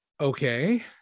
okay